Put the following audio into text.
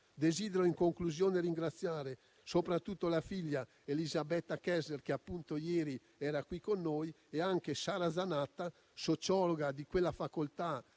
Desidero, in conclusione, ringraziare soprattutto la figlia Elisabetta Kessler, che appunto ieri era qui con noi e anche Sara Zanatta, sociologa di quella facoltà